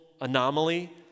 anomaly